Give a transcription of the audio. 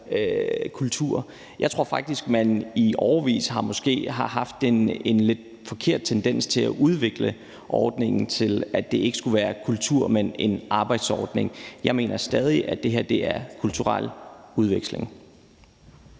kultur. Jeg tror faktisk, man i årevis måske har haft en lidt forkert tendens til at udvikle ordningen til, at det ikke skulle være kultur, men en arbejdsordning. Jeg mener stadig, at det her er kulturel udveksling.